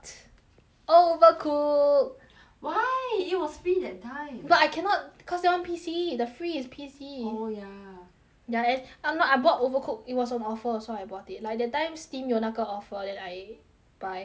Overcook why it was free that time but I cannot cause that [one] P_C the free is P_C oh ya ya and I'm not I bought Overcook it was on offer so I bought it like that time Steam 有那个 offer then I buy how much you buy